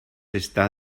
está